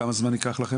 כמה זמן זה ייקח?